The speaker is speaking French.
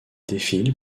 défile